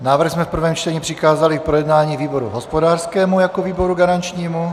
Návrh jsme v prvém čtení přikázali k projednání výboru hospodářskému jako výboru garančnímu.